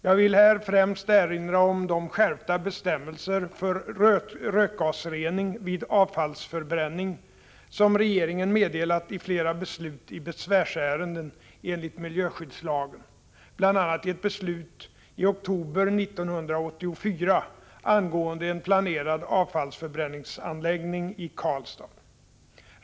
Jag vill här främst erinra om de skärpta bestämmelser för rökgasrening vid avfallsförbränning som regeringen meddelat i flera beslut i besvärsärenden enligt miljöskyddslagen — bl.a. i ett beslut i oktober 1984 angående en planerad avfallsförbränningsanläggning i Karlstad.